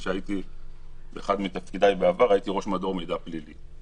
באחד מתפקידיי בעבר הייתי ראש מדור מידע פלילי.